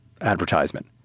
advertisement